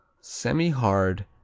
semi-hard